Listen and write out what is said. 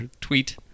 tweet